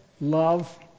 love